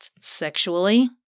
sexually